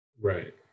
Right